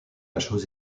chose